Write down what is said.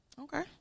Okay